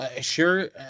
Sure